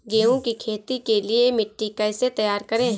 गेहूँ की खेती के लिए मिट्टी कैसे तैयार करें?